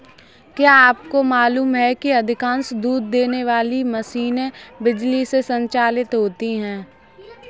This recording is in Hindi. क्या आपको मालूम है कि अधिकांश दूध देने वाली मशीनें बिजली से संचालित होती हैं?